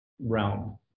realm